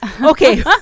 Okay